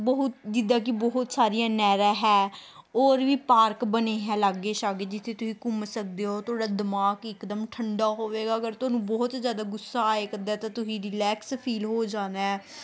ਬਹੁਤ ਜਿੱਦਾਂ ਕਿ ਬਹੁਤ ਸਾਰੀਆਂ ਨਹਿਰਾਂ ਹੈ ਹੋਰ ਵੀ ਪਾਰਕ ਬਣੇ ਹੈ ਲਾਗੇ ਛਾਗੇ ਜਿੱਥੇ ਤੁਸੀਂ ਘੁੰਮ ਸਕਦੇ ਹੋ ਤੁਹਾਡਾ ਦਿਮਾਗ ਇੱਕਦਮ ਠੰਡਾ ਹੋਵੇਗਾ ਅਗਰ ਤੁਹਾਨੂੰ ਬਹੁਤ ਜ਼ਿਆਦਾ ਗੁੱਸਾ ਆਇਆ ਕਰਦਾ ਤਾਂ ਤੁਸੀਂ ਰਿਲੈਕਸ ਫੀਲ ਹੋ ਜਾਣਾ